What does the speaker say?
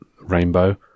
Rainbow